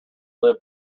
live